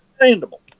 Understandable